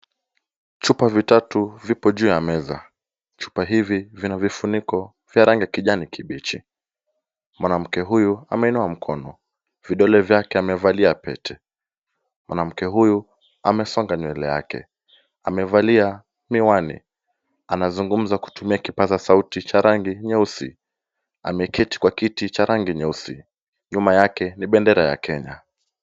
Chupa vitatu vipo juu ya meza , chupa hivi vina vifuniko vya rangi kijani kibichi, mwanamke huyu ameinuwa mkono, vidole vyake amevalia pete. Mwanamke huyu amesonga nywele yake ,amevalia miwani .Anazungumza kutumia kipaza sauti cha rangi nyeusi ameketi kwa kiti cha rangi nyeusi nyuma yake ni bendera ya Kenya.